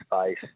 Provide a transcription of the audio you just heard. space